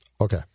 Okay